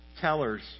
tellers